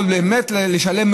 או באמת לשלם,